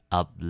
up